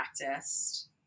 practiced